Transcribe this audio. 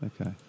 Okay